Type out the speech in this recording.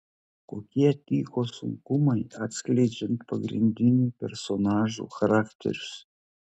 kokie tyko sunkumai atskleidžiant pagrindinių personažų charakterius